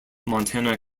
montana